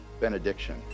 benediction